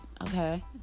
okay